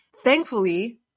thankfully